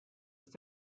ist